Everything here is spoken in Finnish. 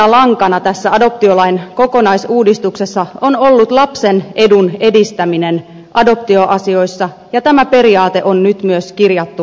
punaisena lankana tässä adoptiolain kokonaisuudistuksessa on ollut lapsen edun edistäminen adoptioasioissa ja tämä periaate on nyt myös kirjattu lakiin